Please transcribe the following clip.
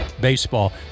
baseball